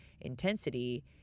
intensity